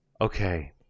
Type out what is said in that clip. Okay